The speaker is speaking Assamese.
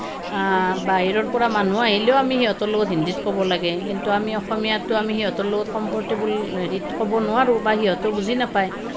বাহিৰৰ পৰা মানুহ আহিলেও আমি সিঁহতৰ লগত হিন্দীত ক'ব লাগে কিন্তু আমি অসমীয়াটো আমি সিহঁতৰ লগত কমফৰ্টেবল হেৰিত ক'ব নোৱাৰোঁ বা সিহঁতেও বুজি নাপায়